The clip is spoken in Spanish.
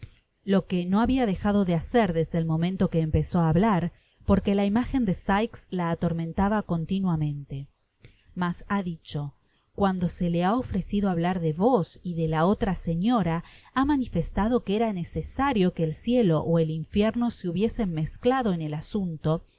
lo que no habia dejado de hacer desde el momento que empezó á hablar porque la imagen de sikes la atormentaba continuamente mas ha dicho cuando se le ha ofrecido hablar de vos y de la otra señora ha manifestado que era necesario que el cielo ó el infierno se hubiesen mezclado en el asunto